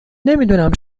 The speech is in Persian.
نمیدونم